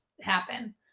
happen